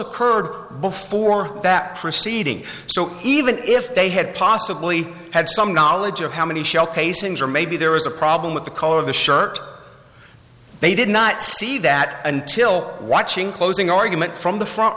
occurred before that proceeding so even if they had possibly had some knowledge of how many shell casings or maybe there was a problem with the color of the shirt they did not see that until watching closing argument from the front